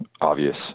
obvious